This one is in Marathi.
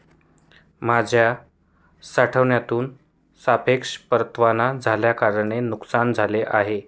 माझ्या साठ्यातून सापेक्ष परतावा न झाल्याकारणाने नुकसान झाले आहे